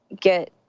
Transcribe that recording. get